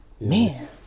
Man